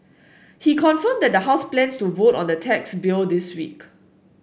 he confirmed that the House plans to vote on the tax bill this week